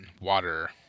water